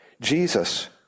Jesus